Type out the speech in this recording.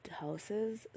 houses